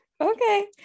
Okay